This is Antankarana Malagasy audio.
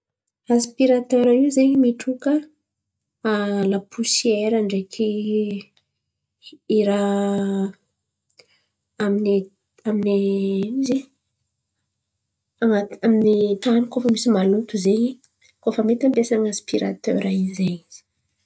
Asipatera io zen̈y mitroka laposiera ndraiky ira amin’ny amin’ny tany koa fa misy maloto zen̈y koa fa mety ampiasan̈a asipiratera io zen̈y izy.